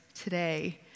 today